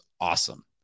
Awesome